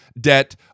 debt